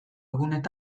egunean